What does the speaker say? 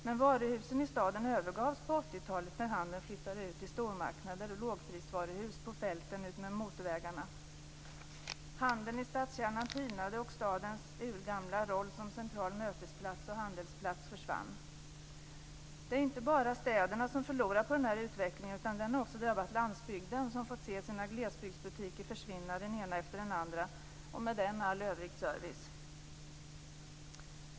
Men varuhusen i staden övergavs på 80 talet när handeln flyttade ut till stormarknader och lågprisvaruhus på fälten utmed motorvägarna. Handeln i stadskärnan tynade och stadens urgamla roll som central mötesplats och handelsplats försvann. Det är inte bara städerna som förlorar på den här utvecklingen, utan den har också drabbat landsbygden som fått se sina glesbygdsbutiker försvinna den ena efter den andra, och med dem all övrig service.